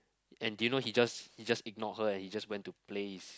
and did you know he just he just ignore her and he just went to play his